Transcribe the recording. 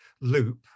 loop